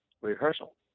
rehearsal